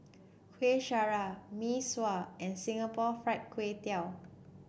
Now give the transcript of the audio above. Kuih Syara Mee Sua and Singapore Fried Kway Tiao